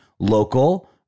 Local